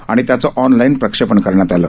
आणि त्याचं ऑनलाईन प्रक्षेपण करण्यात आलं